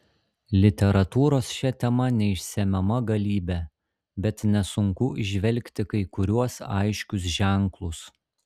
literatūros šia tema neišsemiama galybė bet nesunku įžvelgti kai kuriuos aiškius ženklus